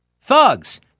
thugs